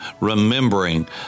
remembering